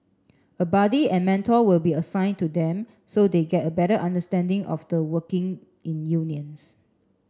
a buddy and mentor will be assigned to them so they get a better understanding of the workings in unions